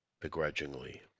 begrudgingly